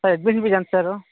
sir admit fees ఎంత sir